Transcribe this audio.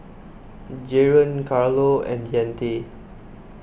Jaron Carlo and Deante